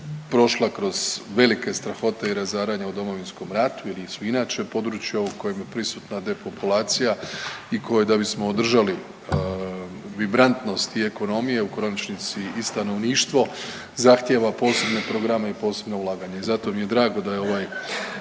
prošla kroz velike strahote i razaranja u Domovinskom ratu ili su inače područja u kojim je prisutna depopulacija i koji da bismo održali vibrantnost i ekonomije u konačnici i stanovništvo zahtijeva posebne programe i posebna ulaganja. I zato mi je drago da je ovaj